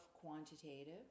quantitative